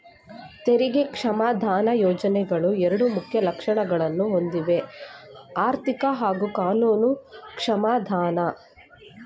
ತೆರಿಗೆ ಕ್ಷಮಾದಾನ ಯೋಜ್ನೆಗಳು ಎರಡು ಮುಖ್ಯ ಲಕ್ಷಣಗಳನ್ನ ಹೊಂದಿವೆಆರ್ಥಿಕ ಹಾಗೂ ಕಾನೂನು ಕ್ಷಮಾದಾನ